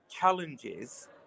challenges